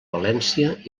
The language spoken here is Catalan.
valència